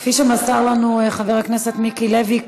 כפי שמסר לנו חבר הכנסת מיקי לוי,